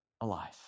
alive